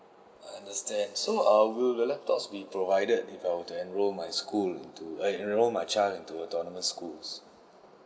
I understand so err will the laptops be provided if I were to enrol my school into eh enrol my child into autonomous schools